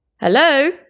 Hello